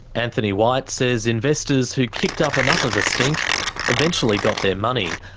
anthony white says investors who kicked up enough of a stink eventually got their money,